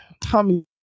Tommy